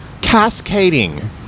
cascading